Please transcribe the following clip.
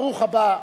ברוך הבא,